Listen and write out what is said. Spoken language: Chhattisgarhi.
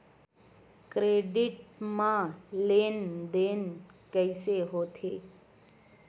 क्रेडिट मा लेन देन कइसे होथे?